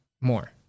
more